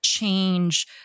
change